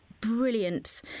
brilliant